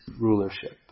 rulership